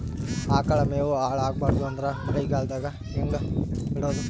ಆಕಳ ಮೆವೊ ಹಾಳ ಆಗಬಾರದು ಅಂದ್ರ ಮಳಿಗೆದಾಗ ಹೆಂಗ ಇಡೊದೊ?